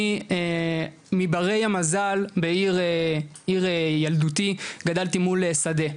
אני מברי המזל בעיר ילדותי גדלתי מול שדה,